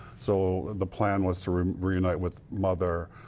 so the plan was to reunite with mother,